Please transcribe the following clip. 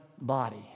body